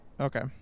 Okay